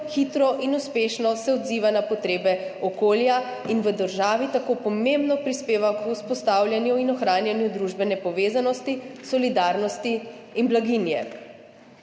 hitro in uspešno odziva na potrebe okolja in v državi tako pomembno prispeva k vzpostavljanju in ohranjanju družbene povezanosti, solidarnosti in blaginje.